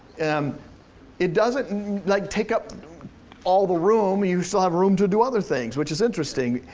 and it doesn't like take up all the room. you still have room to do other things, which is interesting,